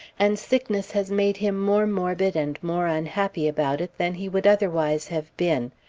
and sickness has made him more morbid and more unhappy about it than he would otherwise have been.